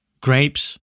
grapes